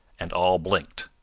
and all blinked.